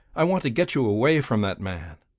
i want to get you away from that man.